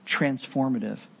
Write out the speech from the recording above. transformative